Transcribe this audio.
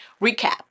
recap